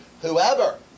whoever